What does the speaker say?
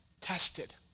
tested